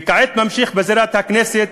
וכעת אני ממשיך בזירת הכנסת,